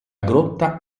grotta